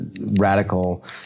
radical